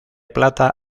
plata